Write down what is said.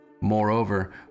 Moreover